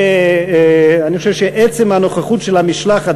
אני חושב שעצם הנוכחות של המשלחת,